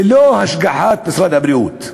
ללא השגחת משרד הבריאות,